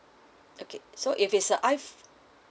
okay so if it's a iph~